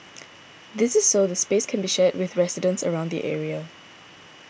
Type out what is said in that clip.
this is so the space can be shared with residents around the area